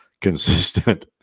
consistent